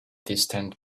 distant